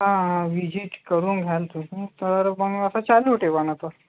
हां हां व्हिजिट करून घ्याल तुम्ही तर मग आता चालू होते